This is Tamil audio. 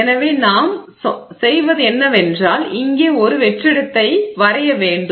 எனவே நாம் செய்வது என்னவென்றால் இங்கே ஒரு வெற்றிடத்தை வரைய வேண்டும்